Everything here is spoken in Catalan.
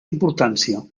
importància